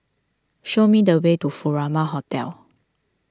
show me the way to Furama Hotel